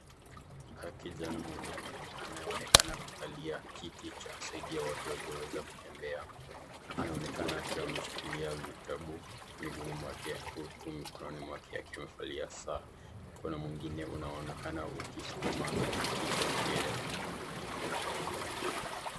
Kijana mwanaume anayeonekana kukalia kiti cha kusaidia watu wasioweza kutembea, anaonekana akiwa ameshikilia vitabu miguuni mwake huku mikononi mwake akiwa amevalia Saa. Kuna mwingine unaonekana kukiskuma kiti lile.